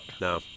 No